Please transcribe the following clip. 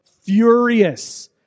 furious